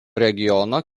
regiono